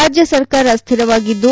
ರಾಜ್ಯ ಸರ್ಕಾರ ಸ್ಠಿರವಾಗಿದ್ದು